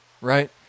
right